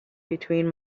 between